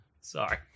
Sorry